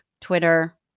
Twitter